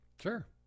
Sure